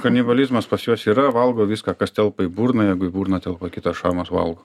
kanibalizmas pas juos yra valgo viską kas telpa į burną jeigu į burną telpa kitas šarmas valgo